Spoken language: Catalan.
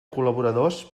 col·laboradors